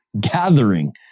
gathering